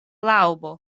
laŭbo